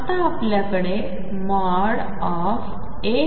आता आपल्याकडे ai2≤ΔxΔp